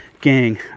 gang